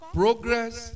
progress